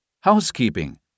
Housekeeping